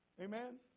Amen